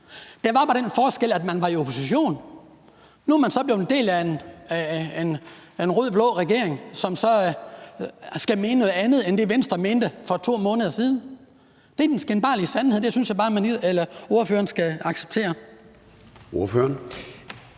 Der var bare den forskel, at man var i opposition. Nu er man så blevet en del af en rød-blå regering, som så skal mene noget andet end det, Venstre mente for 2 måneder siden. Det er den skinbarlige sandhed, og det synes jeg bare ordføreren skal acceptere. Kl.